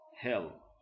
hell